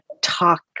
talk